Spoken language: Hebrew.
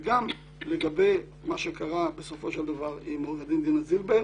גם עם מה שקרה בסופו של דבר עם עו"ד דינה זילבר,